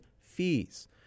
fees